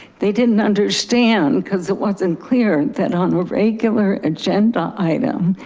they didn't understand cause it wasn't clear that on regular agenda item,